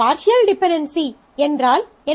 partial dependency என்றால் என்ன